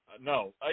No